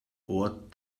what